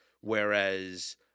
Whereas –